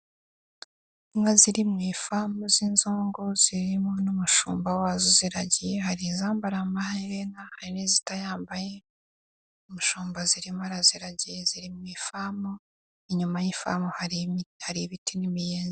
Inka ziri mu ifamu z'inzungu, zirimo n'umushumba wazo uziragiye, hari izambara amaherena, hari n'izitayambaye, umushumba uziragiye ziri mu ifamu inyuma, y'ifamu hari ibiti n'imiyenzi.